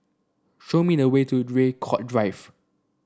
show me the way to Draycott Drive